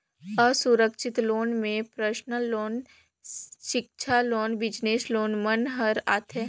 असुरक्छित लोन में personal loan, सिक्छा लोन, बिजनेस लोन मन हर आथे